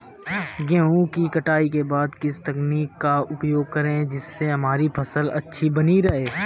गेहूँ की कटाई के बाद किस तकनीक का उपयोग करें जिससे हमारी फसल अच्छी बनी रहे?